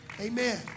Amen